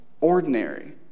ordinary